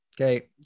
Okay